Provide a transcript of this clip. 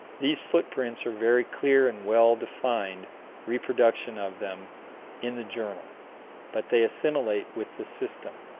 these footprints are very clear and well-defined reproduction of them in the journal but they assimilate with the system,